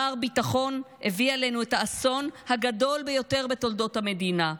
מר ביטחון הביא עלינו את האסון הגדול ביותר בתולדות המדינה.